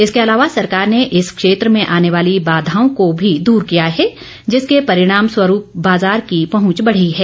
इसके अलावा सरकार ने इस क्षेत्र में आने वाली बाधाओं को भी दूर किया है जिसके परिणाम स्वरूप बाज़ार की पहुंच बढ़ी है